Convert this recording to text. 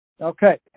Okay